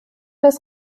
das